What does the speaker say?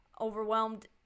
overwhelmed